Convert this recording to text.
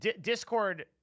discord